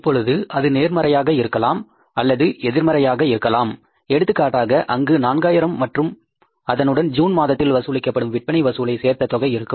இப்பொழுது அது நேர்மறையாக இருக்கலாம் அல்லது எதிர்மறையாக இருக்கலாம் எடுத்துக்காட்டாக அங்கு நான்காயிரம் மற்றும் அதனுடன் ஜூன் மாதத்தில் வசூலிக்கப்படும் விற்பனை வசூலை சேர்த்த தொகை இருக்கும்